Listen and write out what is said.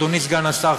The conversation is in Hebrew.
אדוני סגן השר,